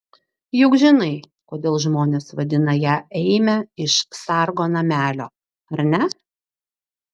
juk žinai kodėl žmonės vadina ją eime iš sargo namelio ar ne